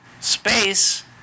space